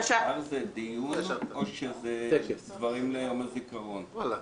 דיון או דברים ליום הזיכרון או גם וגם?